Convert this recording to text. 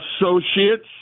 Associates